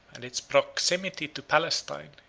and its proximity to palestine,